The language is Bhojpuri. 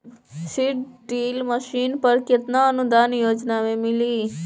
सीड ड्रिल मशीन पर केतना अनुदान योजना में मिली?